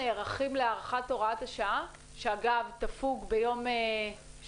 נערכים להארכת הוראת השעה שתפוג בשבת?